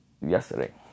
yesterday